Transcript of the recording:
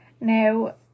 Now